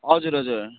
हजुर हजुर